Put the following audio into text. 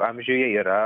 amžiuje yra